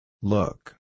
Look